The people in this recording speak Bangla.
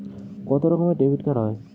কত রকমের ডেবিটকার্ড হয়?